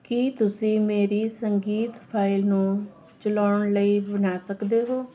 ਕੀ ਤੁਸੀਂ ਮੇਰੀ ਸੰਗੀਤ ਫਾਈਲ ਨੂੰ ਚਲਾਉਣ ਲਈ ਬਣਾ ਸਕਦੇ ਹੋ